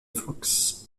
fox